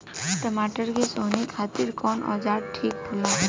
टमाटर के सोहनी खातिर कौन औजार ठीक होला?